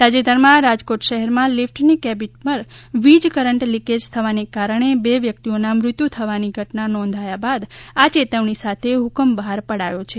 તાજેતરમાં રાજકોટ શહેરમાં લીફટની કેબીન પર વીજ કરંટ લીકેજ થવાના કારણે બે વ્યકિતઓના મૃત્યુ થવાની ઘટના નોંધાયા બાદ આ ચેતવણી સાથે હ્કમ બહાર પડયો છે